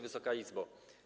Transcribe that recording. Wysoka Izbo!